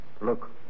Look